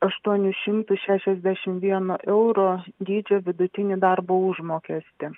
aštuonis šimtus šešiasdešimt vieno euro dydžio vidutinį darbo užmokestį